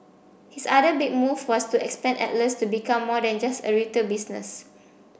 his other big move was to expand Atlas to become more than just a retail business